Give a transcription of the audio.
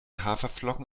haferflocken